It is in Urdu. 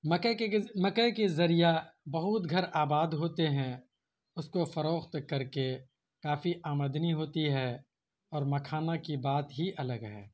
مکئی کے مکئی کے ذریعہ بہت گھر آباد ہوتے ہیں اس کو فروخت کر کے کافی آمدنی ہوتی ہے اور مکھانا کی بات ہی الگ ہے